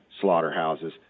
slaughterhouses